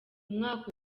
mwaka